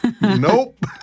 nope